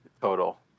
total